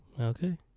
Okay